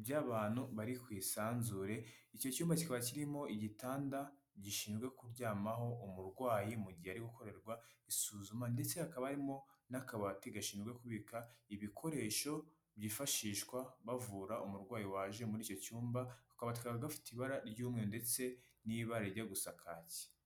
by'abantu bari ku isanzure. Icyo cyumba kikaba kirimo igitanda gishinzwe kuryamaho umurwayi mu gihe arigukorerwa isuzuma. Ndetse hakaba harimo n'akabati gashinzwe kubika ibikoresho byifashishwa bavura umurwayi waje muri icyo cyumba. Akabati kakaba gafite ibara ry'umweru, ndetse n'ibara rijya gusa kaki.